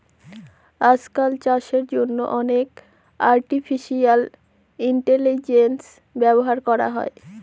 আজকাল চাষের জন্য অনেক আর্টিফিশিয়াল ইন্টেলিজেন্স ব্যবহার করা হয়